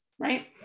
right